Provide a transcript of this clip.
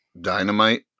Dynamite